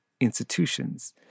institutions